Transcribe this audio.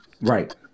Right